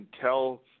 tell